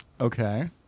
okay